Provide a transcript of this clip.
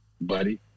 buddy